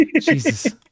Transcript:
Jesus